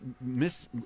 Miss